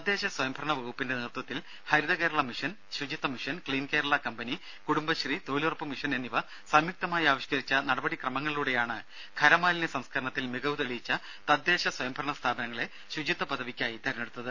തദ്ദേശ സ്വയംഭരണ വകുപ്പിന്റെ നേതൃത്വത്തിൽ ഹരിത കേരള മിഷൻ ശുചിത്വ mission clean Kerala company Kudumbashree തൊഴിലുറപ്പ് മിഷൻ എന്നിവ സംയുക്തമായി ആവിഷ്കരിച്ച നടപടിക്രമങ്ങളിലൂടെയാണ് ഖരമാലിന്യ സംസ്കരണത്തിൽ മികവു തെളിയിച്ച തദ്ദേശ സ്വയംഭരണ സ്ഥാപനങ്ങളെ ശുചിത്വ പദവിക്കായി തിരഞ്ഞെടുത്തത്